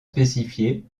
spécifié